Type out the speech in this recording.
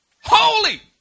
Holy